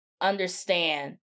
understand